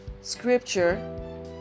scripture